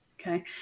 okay